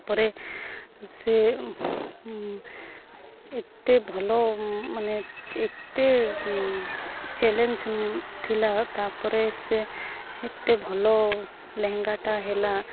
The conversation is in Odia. ତା'ପରେ ସେ ଏତେ ଭଲ ମାନେ ଏତେ ଚ୍ୟାଲେଞ୍ଜ୍ ଥିଲା ତା'ପରେ ସେ ଏତେ ଭଲ ଲେହେଙ୍ଗାଟା ହେଲା